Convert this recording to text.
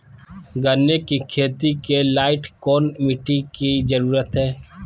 गन्ने की खेती के लाइट कौन मिट्टी की जरूरत है?